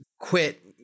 quit